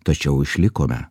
tačiau išlikome